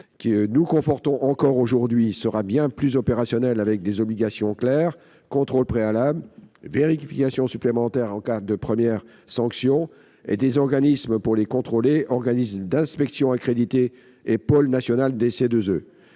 que nous avons encore conforté, sera bien plus opérationnel, avec des obligations claires- contrôle préalable, vérifications supplémentaires en cas de première sanction -et des organismes pour les contrôler : organismes d'inspection accrédités et pôle national des CEE.